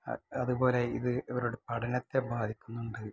അതുപോലെ ഇത് ഇവരുടെ പഠനത്തെ ബാധിക്കുന്നുണ്ട്